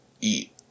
eat